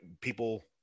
people